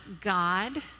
God